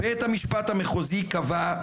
בית המשפט המחוזי קבע,